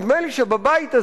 הכנסת הזאת בעיקר מזיקה.